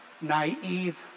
naive